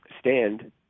stand